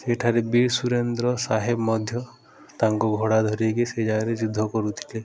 ସେଠାରେ ବୀର୍ ସୁରେନ୍ଦ୍ର ସାହେବ ମଧ୍ୟ ତାଙ୍କୁ ଘୋଡ଼ା ଧରିକି ସେ ଜାଗାରେ ଯୁଦ୍ଧ କରୁଥିଲେ